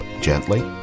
gently